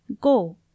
Go